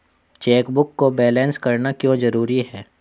Chequebook को balance करना क्यों जरूरी है?